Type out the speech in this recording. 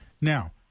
Now